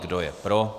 Kdo je pro?